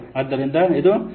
ಆದ್ದರಿಂದ ಇದು 1027